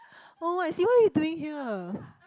oh I see what you doing here